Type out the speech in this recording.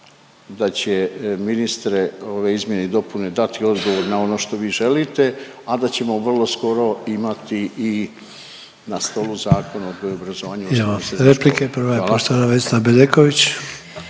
da će ministre ove izmjene i dopune dati odgovor na ono što vi želite, a da ćemo vrlo skoro imati i na stolu Zakon o odgoju i obrazovanju